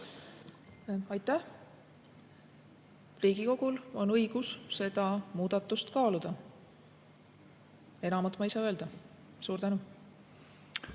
Aitäh! Riigikogul on õigus seda muudatust kaaluda. Enamat ma ei saa öelda. Aitäh!